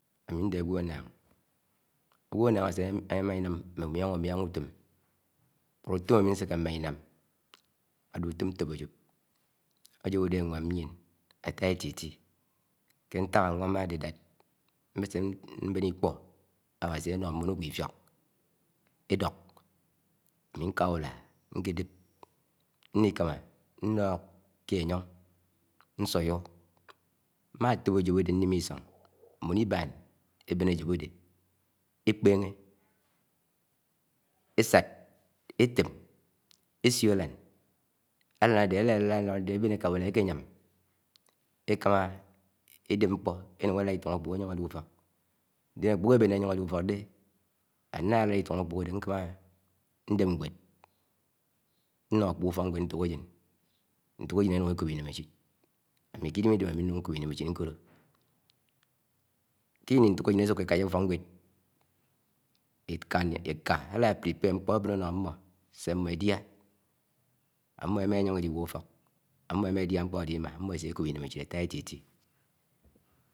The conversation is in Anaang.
Ámi ńde̱ ágwo̱ ańnáṉg, ógwo̱ ánna̱ng ase ámá iṉam mme umian- umien uto̱m, u̱to̱m ami ńse̱ke mmá inám áde uto̱m nto̱p ajo̱p, Ajo̱p áde ánám mmien ótá eṯi- e̱ti, nke̱ ntak awama ade ke mmese mben, íkpo̱r áwási anóho̱ mbo̱n agwo̱ ifiok edio̱k ami ṉká úyúa ńkedép nnikama nlo̱k ke éyo̱ng nsuyo̱ mmátop ajo̱p áde̱ nnim ke iso̱ng mmón ibáṉ ajo̱p ade ekpehe, esád, etem, esio̱ alaṉ, Álan áde élá elád alán áde ebéṉ ẽká urua ekéya̱m ékáma éde̱p nkpo, enun elád itũñg elád itũṉg akpoho eyon eli ufok Ndien akpo̱ho̱ ébeṉé eyo̱ṉ eli ufo̱k_de ami nna lad itung akpoho ade nkama ńdep nwed nno akpo̱ho̱ ufo̱k nwed nto̱k-eyen- nto- eyen ẹnue ekop inemecḥit ami ke idem-idem ami num nkpo inemechit ńko̱ ke íni, ńto̱k- éyeṉ ésu̱ké e̱káyá ufo̱k ṉẃe̱d eka áka álá áṉam ṉkpo̱ abo̱ṉ ano̱ mmo se mmo̱ edia, ámmó émá eyoṉ iligwo úfók, ámmó ema dia nkpo ade ima, ámmó ése̱ ékóp iṉéméchipt áttá éti- eti.